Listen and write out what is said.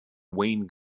wayne